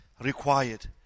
required